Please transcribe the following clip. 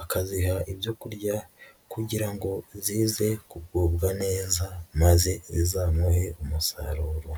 akaziha ibyo kurya kugira ngo zize kugubwa neza maze zizamuhe umusaruro.